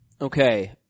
Okay